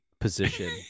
position